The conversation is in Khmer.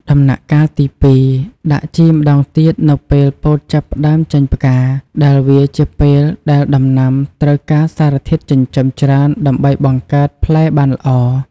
ដំណាក់កាលទី២ ដាក់ជីម្ដងទៀតនៅពេលពោតចាប់ផ្ដើមចេញផ្កា ដែលវាជាពេលដែលដំណាំត្រូវការសារធាតុចិញ្ចឹមច្រើនដើម្បីបង្កើតផ្លែបានល្អ។